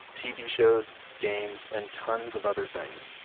tv shows, games and tons of other things.